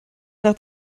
nach